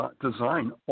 design